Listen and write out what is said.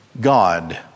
God